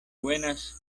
buenas